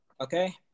okay